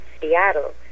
Seattle